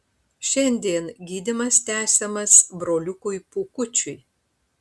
šiandien gydymas tęsiamas broliukui pūkučiui